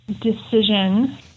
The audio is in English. decision